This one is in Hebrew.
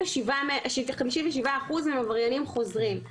57% הם עבריינים חוזרים.